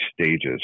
stages